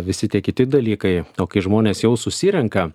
visi tie kiti dalykai o kai žmonės jau susirenka